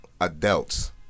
adults